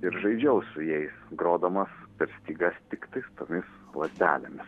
ir žaidžiau su jais grodamas per stygas tiktais tomis lazdelėmis